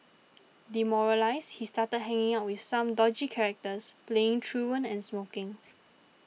demoralised he started hanging out with some dodgy characters playing truant and smoking